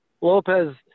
Lopez